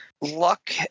Luck